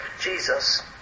Jesus